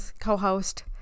co-host